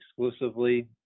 exclusively